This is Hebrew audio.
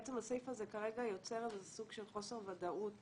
בעצם הסעיף הזה כרגע יוצר סוג של חוסר ודאות